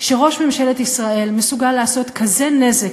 שראש ממשלת ישראל מסוגל לעשות כזה נזק